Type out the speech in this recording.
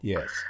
Yes